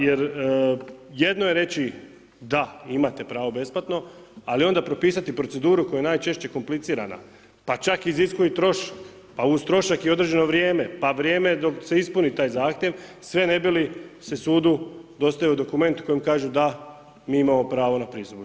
Jer jedno je reći da, imate pravo besplatno ali onda propisati proceduru koja je najčešće komplicirana pa čak iziskuje trošak, pa uz trošak i određeno vrijeme, pa vrijeme dok se ispuni zahtjev sve ne bi li se sudu dostavio dokument kojim kaže da, mi imamo pravo na pristup.